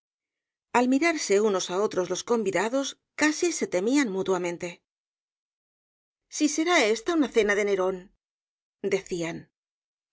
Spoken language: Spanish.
al mirarse unos á otros los convidados casi se se temían mutuamente si será ésta una cena de nerón decían